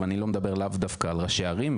ואני לאו דווקא מדבר על ראשי הערים,